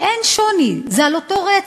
אני אתרגם לך, אני דובר ספרדית,